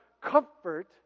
comfort